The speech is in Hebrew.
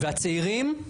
והצעירים,